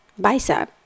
Bicep